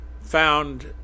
found